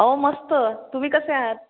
हो मस्त तुम्ही कसे आहात